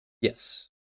yes